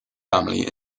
family